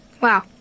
Wow